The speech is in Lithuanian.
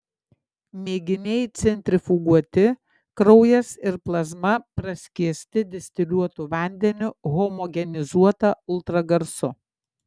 mėginiai centrifuguoti kraujas ir plazma praskiesti distiliuotu vandeniu homogenizuota ultragarsu